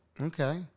Okay